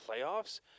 playoffs